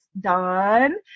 done